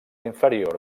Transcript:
inferior